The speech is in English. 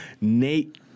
Nate